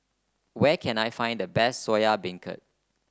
where can I find the best Soya Beancurd